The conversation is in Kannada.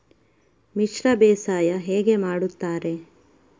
ಮಿಶ್ರ ಬೇಸಾಯ ಹೇಗೆ ಮಾಡುತ್ತಾರೆ?